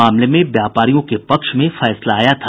मामले में व्यापारियों के पक्ष में फैसला आया था